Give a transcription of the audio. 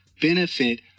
benefit